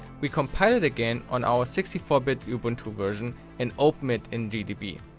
we compile it again on our sixty four bit ubuntu version and open it in gdb.